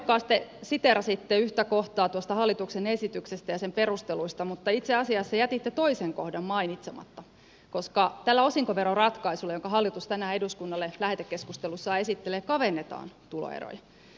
ansiokkaasti siteerasitte yhtä kohtaa tuosta hallituksen esityksestä ja sen perusteluista mutta itse asiassa jätitte toisen kohdan mainitsematta koska tällä osinkoveroratkaisulla jonka hallitus tänään eduskunnalle lähetekeskustelussa esittelee kavennetaan tuloeroja